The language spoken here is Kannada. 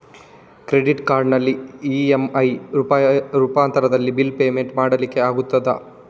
ಕ್ರೆಡಿಟ್ ಕಾರ್ಡಿನಲ್ಲಿ ಇ.ಎಂ.ಐ ರೂಪಾಂತರದಲ್ಲಿ ಬಿಲ್ ಪೇಮೆಂಟ್ ಮಾಡ್ಲಿಕ್ಕೆ ಆಗ್ತದ?